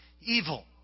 evil